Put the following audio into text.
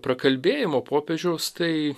prakalbėjimo popiežiaus tai